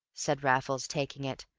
said raffles, taking it,